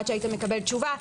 עד שהיית מקבל תשובה.